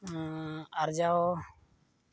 ᱟᱨᱡᱟᱣ